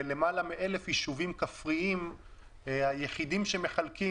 בלמעלה מ-1,000 יישובים כפריים היחידים שמחלקים,